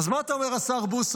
אז מה אתה אומר, השר בוסו?